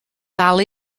dal